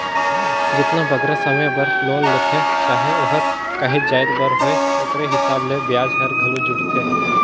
जेतना बगरा समे बर लोन लेथें चाहे ओहर काहींच जाएत बर होए ओकरे हिसाब ले बियाज हर घलो जुड़थे